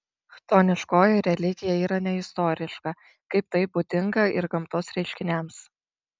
chtoniškoji religija yra neistoriška kaip tai būdinga ir gamtos reiškiniams